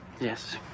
Yes